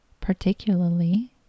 particularly